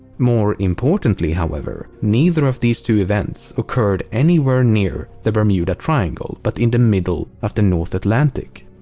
more importantly however, neither of these two events occurred anywhere near the bermuda triangle but in the middle of the north atlantic.